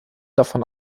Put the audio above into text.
davon